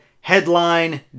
Headline